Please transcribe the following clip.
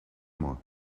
moi